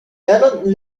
ellen